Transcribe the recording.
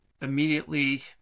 immediately